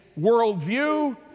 worldview